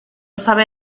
sabe